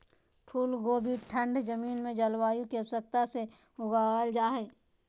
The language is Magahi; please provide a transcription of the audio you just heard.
फूल कोबी ठंड जमीन में जलवायु की आवश्यकता से उगाबल जा हइ